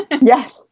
Yes